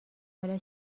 حالا